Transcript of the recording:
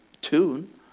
tune